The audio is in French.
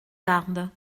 garde